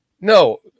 No